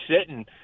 sitting